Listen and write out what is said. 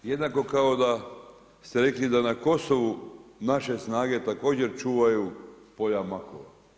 Jednako kao da ste rekli da na Kosovu, naše snage, također čuvaju polja makova.